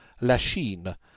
Lachine